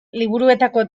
liburuetako